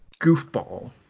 goofball